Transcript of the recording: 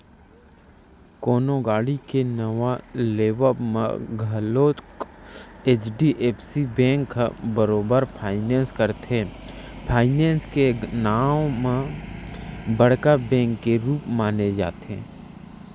कोनो गाड़ी के नवा लेवब म घलोक एच.डी.एफ.सी बेंक ह बरोबर फायनेंस करथे, फायनेंस के नांव म बड़का बेंक के रुप माने जाथे